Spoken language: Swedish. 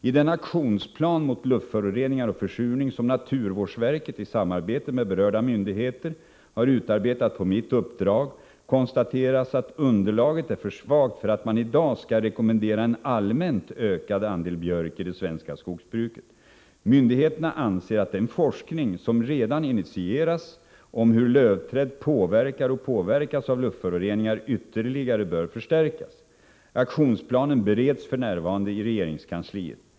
I den aktionsplan mot luftföroreningar och försurning, som naturvårdsverket i samarbete med berörda myndigheter har utarbetat på mitt uppdrag, konstateras att underlaget är för svagt för att man i dag skall rekommendera en allmänt ökad andel björk i det svenska skogsbruket. Myndigheterna anser att den forskning som redan initierats om hur lövträd påverkar och påverkas av luftföroreningar ytterligare bör förstärkas. Aktionsplanen bereds f.n. i regeringskansliet.